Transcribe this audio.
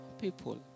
people